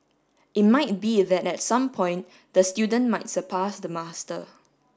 it might be that at some point the student might surpass the master